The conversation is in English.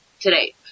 today